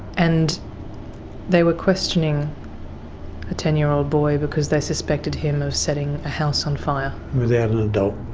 and they were questioning a ten year old boy because they suspected him of setting a house on fire? without an adult,